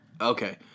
Okay